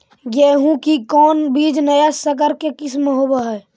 गेहू की कोन बीज नया सकर के किस्म होब हय?